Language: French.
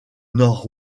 nord